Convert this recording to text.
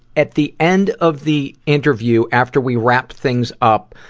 at the end of the interview after we wrapped things up,